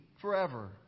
forever